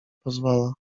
pozwala